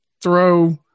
throw